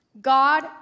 God